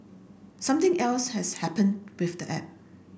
something else has happened with the app